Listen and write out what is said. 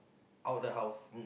out of the house